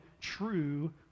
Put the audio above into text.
true